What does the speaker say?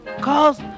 cause